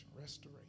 restoration